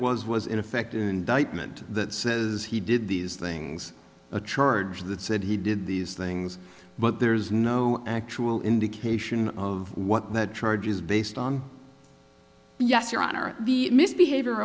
was was in effect indictment that says he did these things a charge that said he did these things but there's no actual indication of what that charge is based on yes your honor the misbehavior